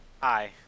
Hi